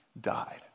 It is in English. died